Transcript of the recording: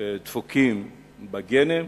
דפוקים בגנים?